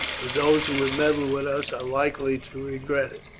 but those who would meddle with us are likely to regret it.